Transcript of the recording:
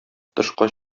тышка